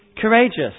courageous